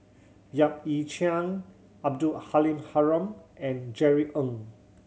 Yap Ee Chian Abdul Halim Haron and Jerry Ng